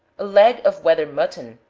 a leg of wether mutton,